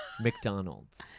McDonald's